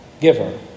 giver